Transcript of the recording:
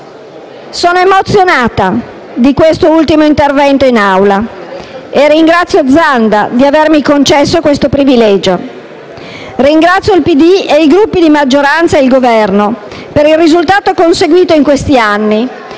Sono emozionata di svolgere quest'ultimo intervento in Assemblea e ringrazio il senatore Zanda di avermi concesso questo privilegio. Ringrazio il PD, i Gruppi di maggioranza e il Governo per il risultato conseguito in questi anni